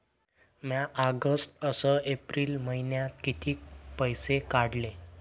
म्या ऑगस्ट अस एप्रिल मइन्यात कितीक पैसे काढले?